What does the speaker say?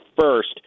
first